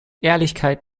ehrlichkeit